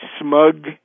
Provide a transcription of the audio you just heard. smug